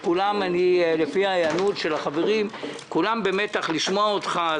לפי ההיענות של החברים, כולם במתח לשמוע אותך.